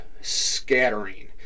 Scattering